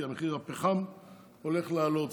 כי מחיר הפחם הולך לעלות.